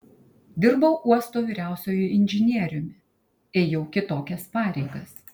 dirbau uosto vyriausiuoju inžinieriumi ėjau kitokias pareigas